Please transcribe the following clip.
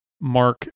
mark